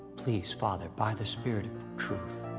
please father, by the spirit of truth,